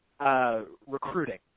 recruiting